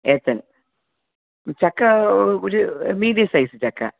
ഏത്തൻ ചക്ക ഒരു medium size ചക്ക